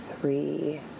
Three